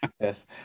Yes